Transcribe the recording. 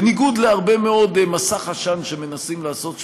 בניגוד להרבה מאוד מסך עשן שמנסים לעשות סביבה,